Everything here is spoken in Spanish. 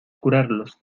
curarlos